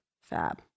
fab